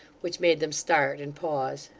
which made them start and pause.